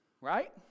Right